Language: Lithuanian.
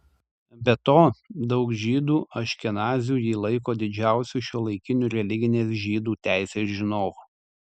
be to daug žydų aškenazių jį laiko didžiausiu šiuolaikiniu religinės žydų teisės žinovu